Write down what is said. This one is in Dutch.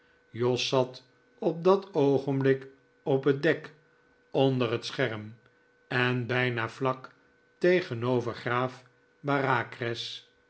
jos zat op dat oogenblik op het dek onder het scherm en bijna vlak tegenover graaf